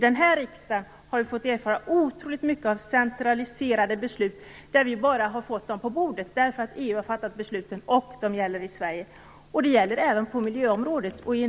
Denna riksdag har fått erfara otroligt många centraliserade beslut. Vi har bara fått besluten på bordet, därför att EU har fattat besluten och därför att de gäller i Sverige. Det gäller även på miljöområdet.